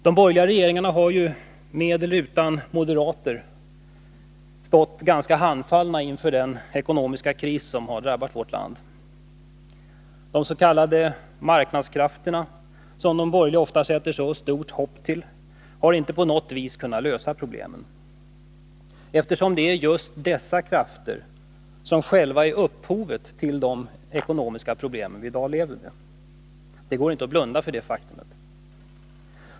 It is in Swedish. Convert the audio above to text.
De borgerliga regeringarna — med eller utan moderater — har stått handfallna inför den ekonomiska kris som drabbat vårt land. De s.k. marknadskrafterna, som de borgerliga ofta sätter så stort hopp till, har inte på något vis kunnat lösa problemen, eftersom det är just dessa krafter som är upphovet till de ekonomiska problem vi i dag lever med. Det går inte att blunda för detta faktum.